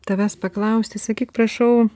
tavęs paklausti sakyk prašau